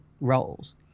roles